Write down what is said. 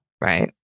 Right